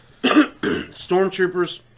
Stormtroopers